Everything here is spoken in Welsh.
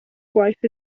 gwaith